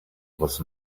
was